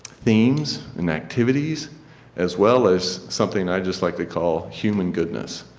themes and activities as well as something i just like to call human goodness.